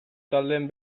taldeen